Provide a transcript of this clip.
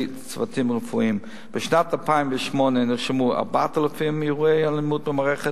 צוותים רפואיים: בשנת 2008 נרשמו 4,000 אירועי אלימות במערכת,